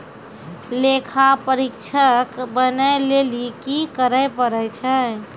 लेखा परीक्षक बनै लेली कि करै पड़ै छै?